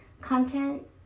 content